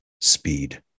speed